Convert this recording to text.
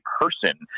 person